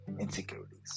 insecurities